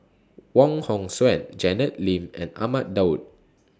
Wong Hong Suen Janet Lim and Ahmad Daud